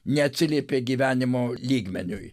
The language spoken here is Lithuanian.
neatsiliepė gyvenimo lygmeniui